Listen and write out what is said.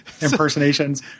impersonations